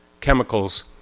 chemicals